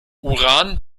uran